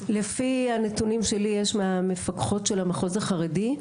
לפי הנתונים שלי יש מהמפקחות של המחוז החרדי,